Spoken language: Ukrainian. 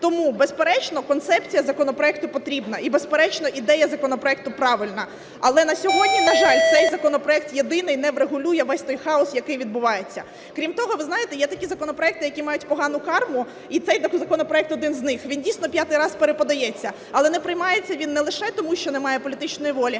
Тому, безперечно, концепція законопроекту потрібна. І, безперечно, ідея законопроекту правильна. Але на сьогодні, на жаль, цей законопроект єдиний не врегулює весь той хаос, який відбувається. Крім того, ви знаєте, є такі законопроекти, які мають погану "карму". І цей законопроект один з них. Він дійсно п'ятий раз переподається. Але не приймається він не лише тому, що немає політичної волі,